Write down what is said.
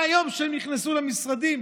מהיום שהם נכנסו למשרדים,